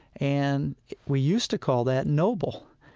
and we used to call that noble.